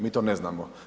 Mi to ne znamo.